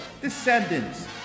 Descendants